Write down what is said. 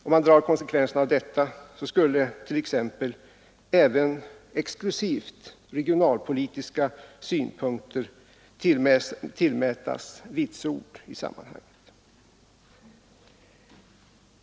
Om man drar ut konsekvenserna av detta skulle t.ex. även exklusivt regionalpolitiska synpunkter tillmätas vitsord i sammanhanget.